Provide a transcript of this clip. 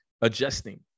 adjusting